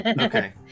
Okay